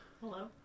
Hello